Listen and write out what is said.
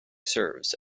serves